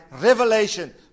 revelation